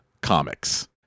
comics